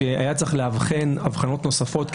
שהיה צריך לאבחן הבחנות נוספות,